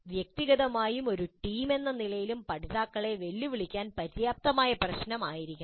വ്യക്തിഗതമായും ഒരു ടീം എന്ന നിലയിലും പഠിതാക്കളെ വെല്ലുവിളിക്കാൻ പര്യാപ്തമായ പ്രശ്നം ആയിരിക്കണം